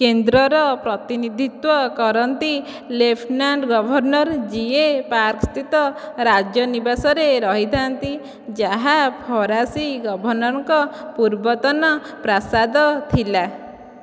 କେନ୍ଦ୍ରର ପ୍ରତିନିଧିତ୍ୱ କରନ୍ତି ଲେଫ୍ଟନାଣ୍ଟ ଗଭର୍ଣ୍ଣର ଯିଏ ପାର୍କ ସ୍ଥିତ ରାଜ ନିବାସରେ ରହିଥାନ୍ତି ଯାହା ଫରାସୀ ଗଭର୍ଣ୍ଣରଙ୍କ ପୂର୍ବତନ ପ୍ରାସାଦ ଥିଲା